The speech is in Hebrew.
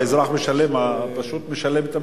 והאזרח הפשוט משלם את המחיר.